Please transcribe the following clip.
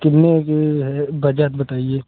कितने का है बजट बताइए